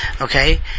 okay